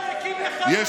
מיליארדי, ואתה מדבר.